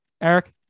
Eric